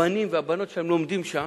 הבנים והבנות לומדים שם.